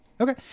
Okay